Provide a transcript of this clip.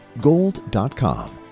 gold.com